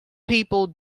people